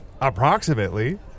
Approximately